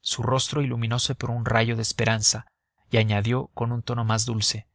su rostro iluminose por un rayo de esperanza y añadió con tono más dulce